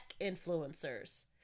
influencers